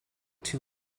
two